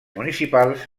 municipals